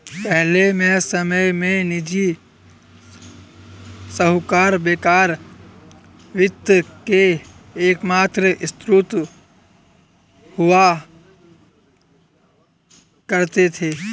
पहले के समय में निजी साहूकर बैंकर वित्त के एकमात्र स्त्रोत हुआ करते थे